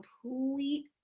complete